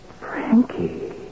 Frankie